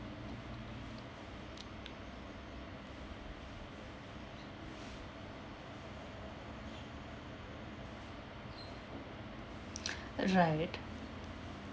right